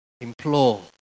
implore